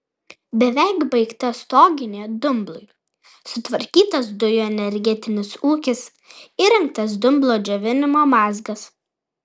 beveik baigta stoginė dumblui sutvarkytas dujų energetinis ūkis įrengtas dumblo džiovinimo mazgas